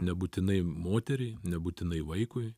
nebūtinai moteriai nebūtinai vaikui